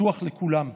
פתוח לכולם.